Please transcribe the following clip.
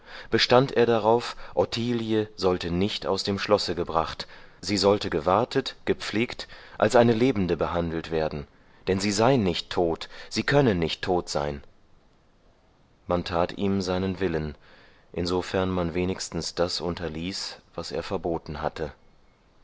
bestand er darauf ottilie sollte nicht aus dem schlosse gebracht sie sollte gewartet gepflegt als eine lebende behandelt werden denn sie sei nicht tot sie könne nicht tot sein man tat ihm seinen willen insofern man wenigstens das unterließ was er verboten hatte